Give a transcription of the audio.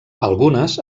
algunes